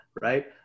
right